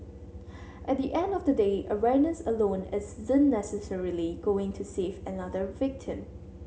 at the end of the day awareness alone isn't necessarily going to save another victim